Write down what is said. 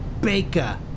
Baker